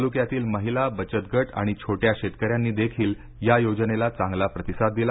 तालुक्यातील महिला बचत गट आणि छोट्या शेतकऱ्यांनी देखील या योजनेला चांगला प्रतिसाद दिला